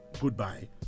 goodbye